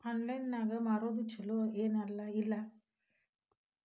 Online ನಾಗ್ ಮಾರೋದು ಛಲೋ ಏನ್ ಇಲ್ಲ?